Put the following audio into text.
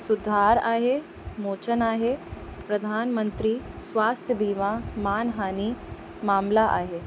सुधार आहे मोचन आहे प्रधानमंत्री स्वास्थ्य बीमा मानहानि मामला आहे